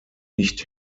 nicht